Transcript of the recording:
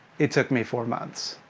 it took me four months.